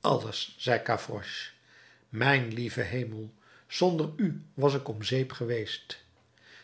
alles zei gavroche mijn lieve hemel zonder u was ik om zeep geweest